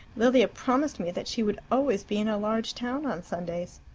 lilia promised me that she would always be in a large town on sundays.